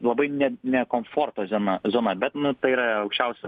labai ne ne komforto zena zona bet nu tai yra aukščiausio